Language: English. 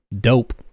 Dope